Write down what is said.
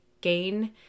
gain